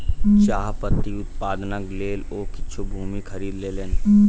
चाह पत्ती उत्पादनक लेल ओ किछ भूमि खरीद लेलैन